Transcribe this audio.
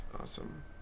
Awesome